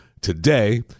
today